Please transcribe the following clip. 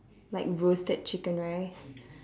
like roasted chicken rice